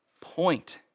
point